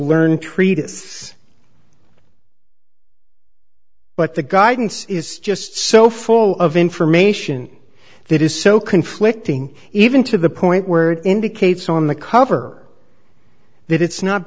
learned treatise but the guidance is just so full of information that is so conflicting even to the point where it indicates on the cover that it's not